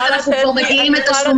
ואז אנחנו כבר מגיעים לתשלומים --- את